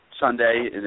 Sunday